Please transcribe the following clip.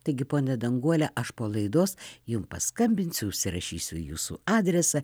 taigi ponia danguole aš po laidos jum paskambinsiu užsirašysiu jūsų adresą